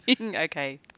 Okay